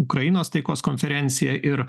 ukrainos taikos konferenciją ir